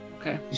Okay